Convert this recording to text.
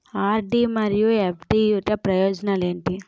RD మరియు FD యొక్క ప్రయోజనాలు ఏంటి?